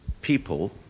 people